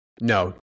No